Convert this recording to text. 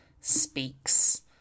speaks